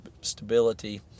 stability